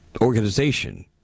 organization